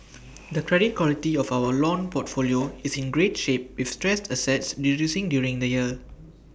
the credit quality of our loan portfolio is in great shape with stressed assets reducing during the year